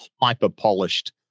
hyper-polished